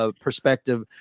perspective